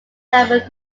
labour